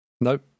Nope